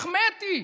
החמאתי,